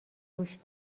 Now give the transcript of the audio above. گوشت